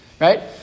Right